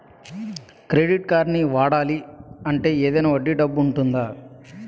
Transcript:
Credit కార్డ్ని వాడాలి అంటే ఏదైనా వడ్డీ డబ్బు ఉంటుందా?